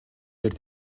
дээр